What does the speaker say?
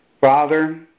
Father